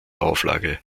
auflage